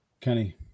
Kenny